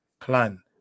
plan